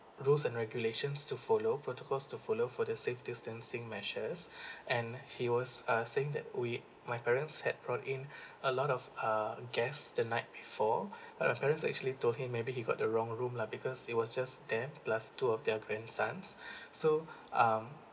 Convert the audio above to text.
rules and regulations to follow protocols to follow for the safe distancing measures and he was uh saying that we my parents had brought in a lot of uh guests the night before and our parents actually told him maybe he got the wrong room lah because it was just them plus two of their grandsons so um